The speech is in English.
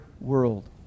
world